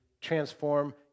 transform